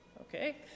Okay